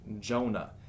Jonah